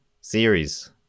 series